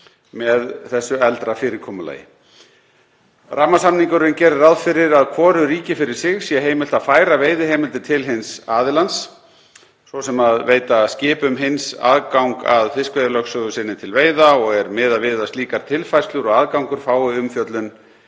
með eldra fyrirkomulagi. Rammasamningurinn gerir ráð fyrir að hvoru ríki fyrir sig sé heimilt að færa veiðiheimildir til hins aðilans, svo sem að veita skipum hins aðgang að fiskveiðilögsögu sinni til veiða, og er miðað við að slíkar tilfærslur og aðgangur fái umfjöllun